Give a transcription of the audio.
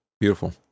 Beautiful